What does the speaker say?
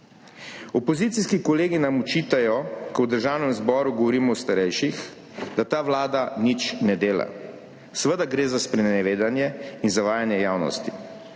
Opozicijski kolegi nam očitajo, ko v Državnem zboru govorimo o starejših, da ta vlada nič ne dela. Seveda gre za sprenevedanje in zavajanje javnosti.